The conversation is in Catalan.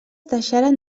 deixaren